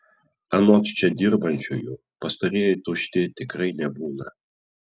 anot čia dirbančiųjų pastarieji tušti tikrai nebūna